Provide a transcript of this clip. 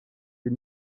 des